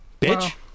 Bitch